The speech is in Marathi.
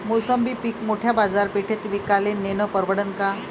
मोसंबी पीक मोठ्या बाजारपेठेत विकाले नेनं परवडन का?